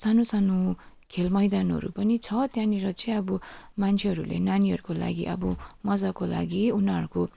सानो सानो खेल मैदानहरू पनि छ त्यहाँनिर चाहिँ अब मान्छेहरूले नानीहरूको लागि अब मजाको लागि उनीहरूको